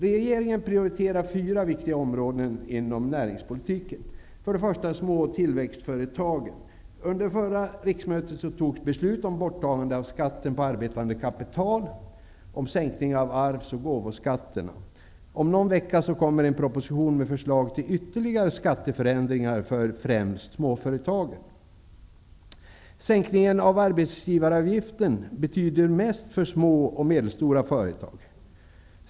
Regeringen prioriterar nu fyra viktiga områden inom näringspolitiken. Det första är små och tillväxtföretagen. Under förra riksmötet togs beslut om borttagande av skatten på arbetande kapital och sänkning av arvs och gåvoskatterna. Om någon vecka kommer en proposition med förslag till ytterligare skatteförändringar för främst småföretagen. Sänkningen av arbetsgivaravgiften betyder mest för små och medelstora företag.